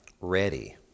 ready